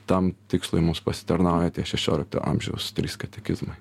tam tikslui mums pasitarnauja tie šešiolikto amžiaus trys katekizmai